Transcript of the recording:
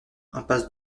impasse